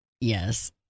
Yes